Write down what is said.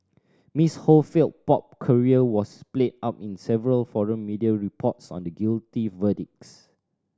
Miss Ho failed pop career was played up in several foreign media reports on the guilty verdicts